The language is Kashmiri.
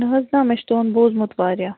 نہَ حظ نہَ مےٚ چھِ تُہُنٛد بوٗزمُت واریاہ